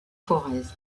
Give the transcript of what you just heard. forez